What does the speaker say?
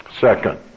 Second